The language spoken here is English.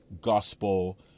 gospel